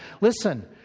listen